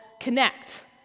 connect